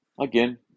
Again